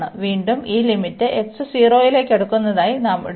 വീണ്ടും ഈ limit x 0 ലേക്ക് അടുക്കുന്നതായി നാം എടുക്കുന്നു